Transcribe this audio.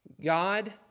God